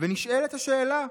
ונשאלת השאלה: